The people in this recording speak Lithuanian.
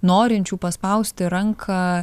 norinčių paspausti ranką